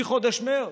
מחודש מרץ.